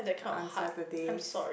on Saturdays